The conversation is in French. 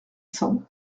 cents